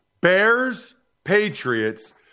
Bears-Patriots